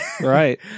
Right